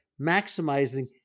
maximizing